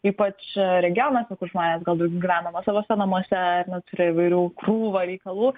ypač regionuose kur žmonės gal daugiau gyvena nuosavuose namuose ar ne turi įvairių krūvą reikalų